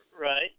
Right